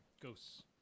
ghosts